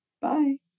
bye